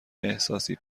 احساسی